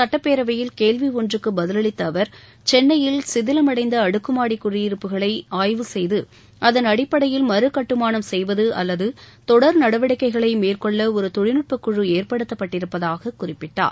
சுட்டப்பேரவையில் கேள்வி ஒன்றுக்கு பதிலளித்த அவர் சென்னையில் சிதிமடைந்த அடுக்குமாடிக் குடியிருப்புகளை ஆய்வு செய்து அதன் அடிப்படையில் மறுகட்டுமானம் செய்வது அல்லது தொடர் நடவடிக்கைகளை மேற்கொள்ள ஒரு தொழில்நுட்பக் குழு ஏற்படுத்தப்பட்டிருப்பதாக குறிப்பிட்டார்